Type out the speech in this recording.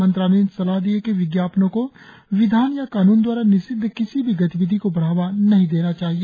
मंत्रालय ने सलाह दी है कि विज्ञापनों को विधान या कानून दवारा निषिद्ध किसी भी गतिविधि को बढ़ावा नहीं देना चाहिए